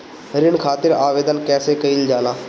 ऋण खातिर आवेदन कैसे कयील जाला?